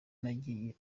nagiye